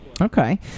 Okay